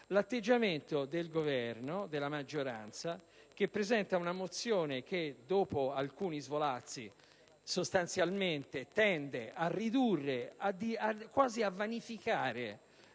l'atteggiamento della maggioranza, la quale presenta una mozione che, dopo alcuni svolazzi, sostanzialmente tende a ridurre, quasi a vanificare,